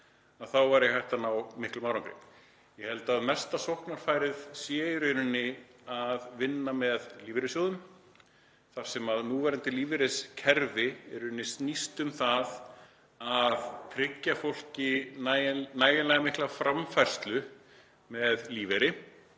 þá væri hægt að ná miklum árangri. Ég held að mesta sóknarfærið sé í rauninni að vinna með lífeyrissjóðum þar sem núverandi lífeyriskerfi snýst í rauninni um það að tryggja fólki nægilega mikla framfærslu með lífeyri